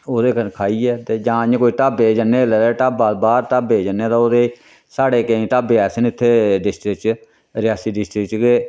ओह्दे कन्नै खाइयै ते जां इ'या कोई ढाबे जन्ने आं जेल्लै ढाबा बाह्र ढाबे जन्ने आं ते ओह्दे च साढ़े केईं ढाबे ऐसे न इत्थैं डिस्ट्रिक च रियासी डिस्ट्रिक च गै